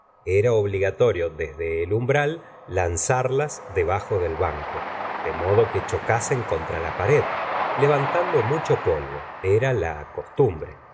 era obligatorio desde el umbral lanzarlas debajo del banco de modo que chocasen contra la pared levantando mucho polvo era la costumbre